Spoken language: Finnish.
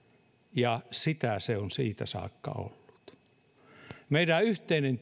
ja sitä se on siitä saakka ollut meidän yhteinen